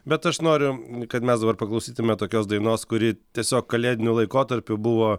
bet aš noriu kad mes dabar paklausytume tokios dainos kuri tiesiog kalėdiniu laikotarpiu buvo